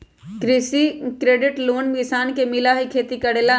कृषि credit loan किसान के मिलहई खेती करेला?